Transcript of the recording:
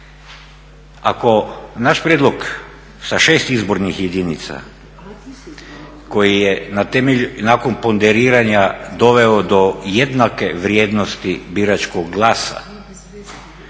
Ako naš prijedlog sa 6 izbornih jedinica koji je nakon ponderiranja doveo do jednake vrijednosti biračkog glasa,